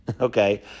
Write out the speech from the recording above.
Okay